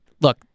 look